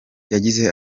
yagize